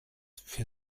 für